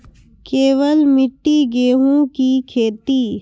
केवल मिट्टी गेहूँ की खेती?